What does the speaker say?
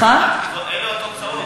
אלו התוצאות או,